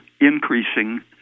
increasing